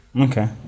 Okay